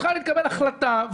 צריכה להתקבל החלטה.